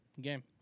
game